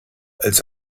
als